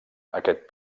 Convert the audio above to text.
aquest